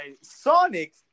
Sonic